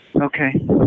Okay